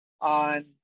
on